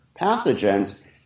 pathogens